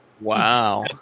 Wow